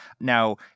Now